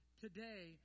today